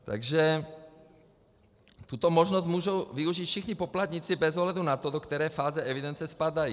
Takže tuto možnost můžou využít všichni poplatníci bez ohledu na to, do které fáze evidence spadají.